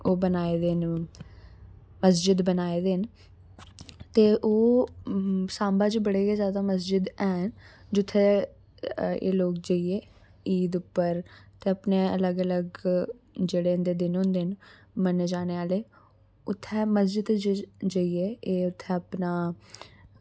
ओह् बनाये दे न मस्जिद बनाये दे न ते ओह् साम्बा च बड़े गै जादै मस्जिद हैन जित्थें एह् लोग जाइयै ईद पर ते अपने अलग अलग जेह्ड़े दिन होंदे न मन्ने जाने आह्ले उत्थें मस्जिद च जाइयै एह् अपना